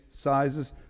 sizes